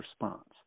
response